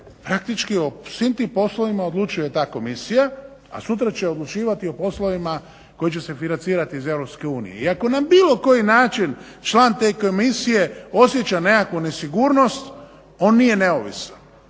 praktički o svim tim poslovima odlučuje ta komisija a sutra će odlučivati o poslovima koji će se financirati iz EU i ako nam na bilo koji način član te komisije osjeća nekakvu nesigurnost on nije neovisno,